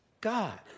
God